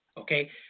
Okay